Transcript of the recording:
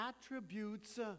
attributes